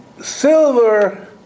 silver